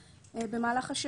התשס"א 2001 (להלן ההחלטה העיקרית),